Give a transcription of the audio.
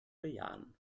bejahen